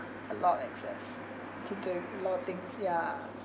a lot excess a lot of things ya